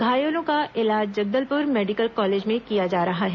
घायलों का इलाज जगदलपुर मेडिकल कॉलेज में किया जा रहा है